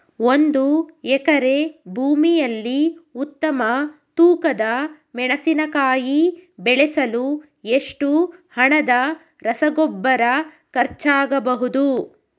ಒಂದು ಎಕರೆ ಭೂಮಿಯಲ್ಲಿ ಉತ್ತಮ ತೂಕದ ಮೆಣಸಿನಕಾಯಿ ಬೆಳೆಸಲು ಎಷ್ಟು ಹಣದ ರಸಗೊಬ್ಬರ ಖರ್ಚಾಗಬಹುದು?